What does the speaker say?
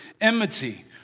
enmity